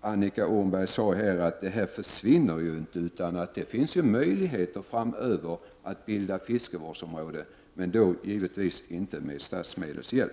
Annika Åhnberg sade försvinner ju inte dessa möjligheter, utan det finns möjlighet framöver att bilda fiskevårdsområde, men då givetvis inte med hjälp av statsmedel.